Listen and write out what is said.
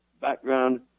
Background